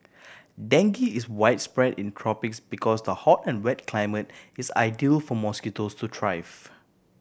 dengue is widespread in tropics because the hot and wet climate is ideal for mosquitoes to thrive